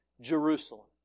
Jerusalem